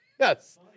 Yes